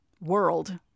world